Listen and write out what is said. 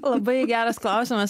labai geras klausimas